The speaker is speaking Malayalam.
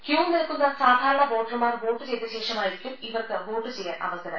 ക്യൂ നിൽക്കുന്ന സാധാരണ വോട്ടർമാർ വോട്ട് ചെയ്ത ശേഷമായിരിക്കും ഇവർക്ക് വോട്ട് ചെയ്യാൻ അവസരം